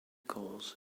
goals